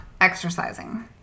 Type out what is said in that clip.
exercising